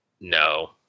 no